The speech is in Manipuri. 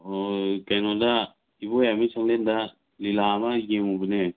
ꯀꯩꯅꯣꯗ ꯏꯕꯣꯌꯥꯏꯃ ꯁꯪꯂꯦꯟꯗ ꯂꯤꯂꯥ ꯑꯃ ꯌꯦꯡꯉꯨꯕꯅꯦ